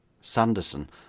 Sanderson